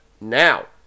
Now